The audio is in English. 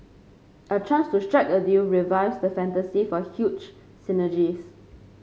a chance to strike a deal revives the fantasy for huge synergies